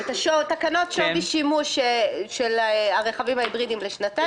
את תקנות שווי שימוש של הרכבים ההיברידיים לשנתיים,